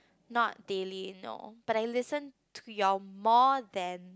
not daily no but I listen to your more than